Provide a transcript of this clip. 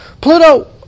Pluto